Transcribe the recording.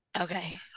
okay